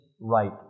right